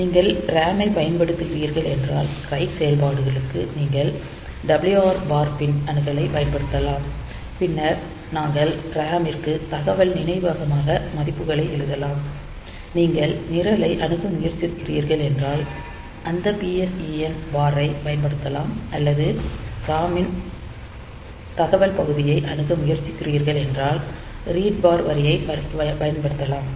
நீங்கள் RAM ஐ பயன்படுத்துகிறீர்கள் என்றால் ரைட் செயல்பாடுகளுக்கு நீங்கள் WR பார் பின் அணுகலைப் பயன்படுத்தலாம் பின்னர் நாங்கள் RAM ற்கு தகவல் நினைவகமாக மதிப்புகளை எழுதலாம் நீங்கள் நிரலை அணுக முயற்சிக்கிறீர்கள் என்றால் அந்த PSEN பார் ஐப் பயன்படுத்தலாம் அல்லது RAM ன் தகவல் பகுதியை அணுக முயற்சிக்கிறீர்கள் என்றால் ரீட் பார் வரியைப் பயன்படுத்தலாம்